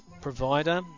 provider